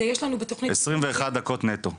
עשרים ואחת דקות נטו.